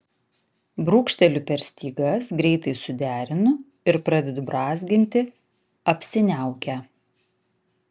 brūkšteliu per stygas greitai suderinu ir pradedu brązginti apsiniaukę